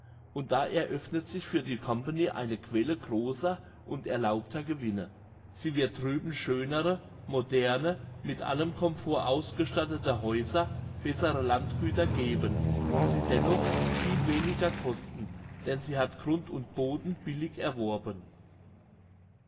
und da eröffnet sich für die company eine quelle grosser und erlaubter gewinne sie wird drüben schönere moderne mit allem comfort ausgestattete häuser bessere landgüter geben die sie dennoch viel weniger kosten denn sie hat grund und boden billig erworben